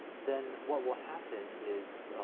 then what will happen is,